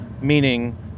meaning